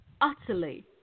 utterly